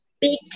big